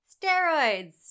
Steroids